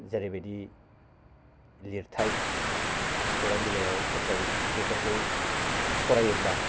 जेरैबादि लिरथाय खौरां बिलाइयाव फोसावो बेफोरखौ फरायोब्ला